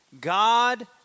God